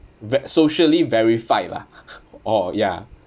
ve~ socially verified lah oh ya